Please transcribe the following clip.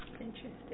Interesting